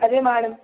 അതെ മാടം